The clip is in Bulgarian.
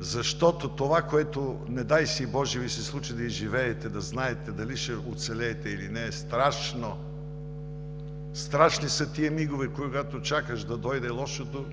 Защото това, което не дай си боже Ви се случи да изживеете, да не знаете дали ще оцелеете, или не, е страшно! Страшни са миговете, когато чакаш да дойде лошото